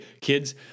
kids